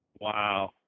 Wow